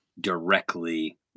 directly